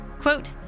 Quote